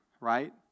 right